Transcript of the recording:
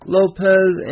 Lopez